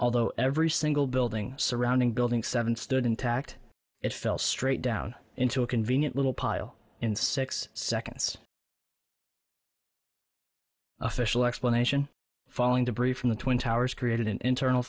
although every single building surrounding building seven stood intact it fell straight down into a convenient little pile in six seconds official explanation falling debris from the twin towers created an internal